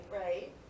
right